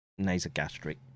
nasogastric